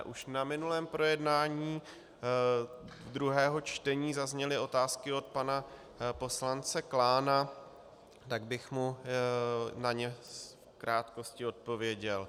Už na minulém projednání druhého čtení zazněly otázky od pana poslance Klána, tak bych mu na ně v krátkosti odpověděl.